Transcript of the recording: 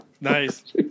Nice